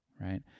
right